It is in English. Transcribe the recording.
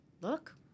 look